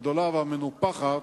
הגדולה והמנופחת,